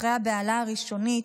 אחרי הבהלה הראשונית,